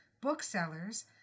booksellers